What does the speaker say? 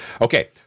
Okay